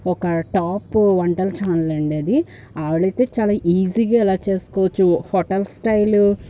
ఒక టాప్ వంటల ఛానల్ అండీ అది ఆవిడ అయితే చాలా ఈజీగా ఎలా చేసుకోవచ్చు హోటల్స్ స్టైల్